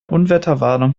unwetterwarnung